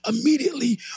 immediately